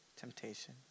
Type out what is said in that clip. temptation